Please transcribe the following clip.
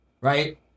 right